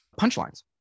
punchlines